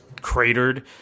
Cratered